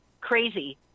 crazy